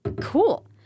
cool